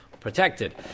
Protected